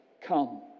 Come